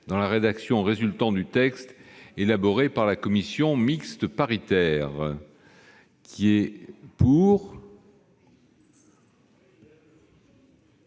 dans la rédaction résultant du texte élaboré par la commission mixte paritaire, l'ensemble